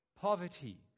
poverty